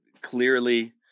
clearly